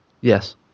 Yes